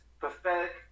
pathetic